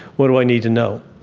what do i need to know?